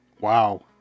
Wow